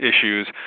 issues